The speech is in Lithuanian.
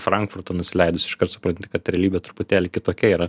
frankfurtą nusileidus iškart supranti kad realybė truputėlį kitokia yra